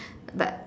but